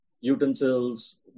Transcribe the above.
utensils